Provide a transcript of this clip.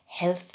health